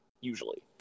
usually